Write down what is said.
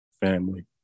family